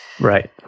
Right